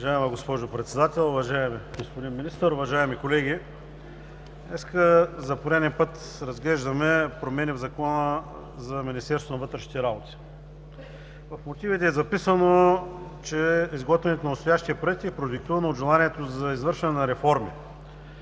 В мотивите е записано, че изготвянето на настоящия проект е продиктувано от желанието за извършване на реформи.